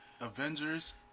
Avengers